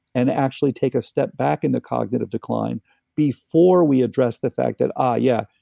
and actually take a step back in the cognitive decline before we address the fact that, oh yeah,